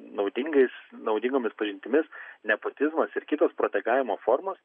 naudingais naudingomis pažintimis nepotizmas ir kitos protegavimo formos